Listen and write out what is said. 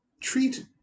treat